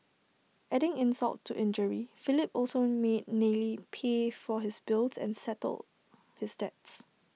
adding insult to injury Philip also made Nellie P for his bills and settle his debts